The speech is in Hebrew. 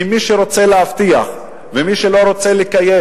כי מי שרוצה להבטיח ומי שלא רוצה לקיים,